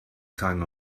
time